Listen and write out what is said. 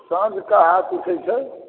तऽ साँझ कऽ हाथ उठै छै